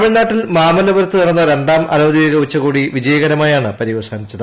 തമിഴ്നാട്ടിൽ മാമല്ലപുരത്ത് നടന്ന രണ്ടാം അനൌദ്യോഗിക ഉച്ചകോടി വിജയകരമായാണ് പര്യവസാനിച്ചത്